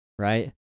right